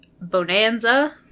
Bonanza